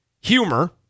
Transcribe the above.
humor